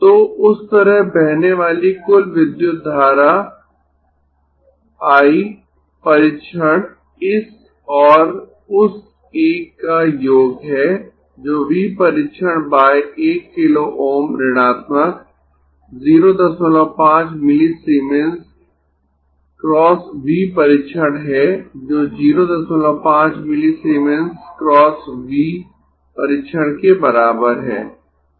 तो उस तरह बहने वाली कुल विद्युत धारा I परीक्षण इस और उस एक का योग है जो V परीक्षण बाय 1 किलो Ω ऋणात्मक 05 मिलीसीमेंस × V परीक्षण है जो 05 मिलीसीमेंस × V परीक्षण के बराबर है